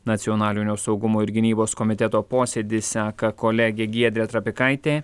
nacionalinio saugumo ir gynybos komiteto posėdį seka kolegė giedrė trapikaitė